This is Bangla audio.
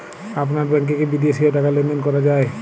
আপনার ব্যাংকে কী বিদেশিও টাকা লেনদেন করা যায়?